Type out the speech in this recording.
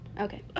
Okay